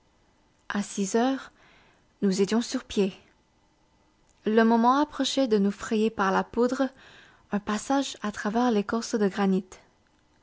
a six heures nous étions sur pied le moment approchait de nous frayer par la poudre un passage à travers l'écorce de granit